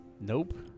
Nope